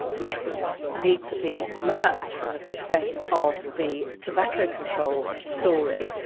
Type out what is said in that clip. lessons need to be learned from the success of the tobacco control story,